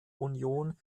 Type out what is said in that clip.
union